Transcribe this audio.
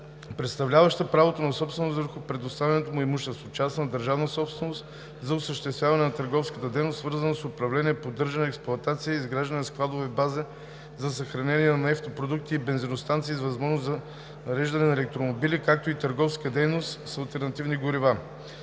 представляваща правото на собственост върху предоставеното му имущество – частна държавна собственост, за осъществяване на търговска дейност, свързана с управление, поддържане, експлоатация и изграждане на складови бази за съхранение на нефтопродукти и бензиностанции, с възможност за зареждане на електромобили, както и търговска дейност с алтернативни горива.